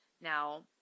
now